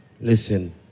listen